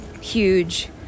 huge